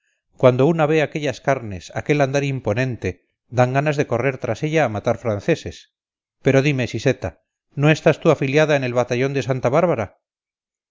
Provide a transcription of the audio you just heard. cuando una ve aquellas carnes aquel andar imponente dan ganas de correr tras ella a matar franceses pero dime siseta no estás tú afiliada en el batallón de santa bárbara